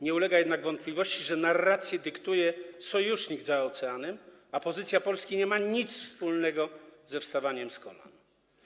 Nie ulega jednak wątpliwości, że narrację dyktuje sojusznik za oceanem, a pozycja Polski nie ma nic wspólnego ze wstawaniem z kolan.